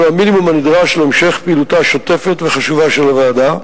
המינימום הנדרש להמשך פעילותה השוטפת והחשובה של הוועדה,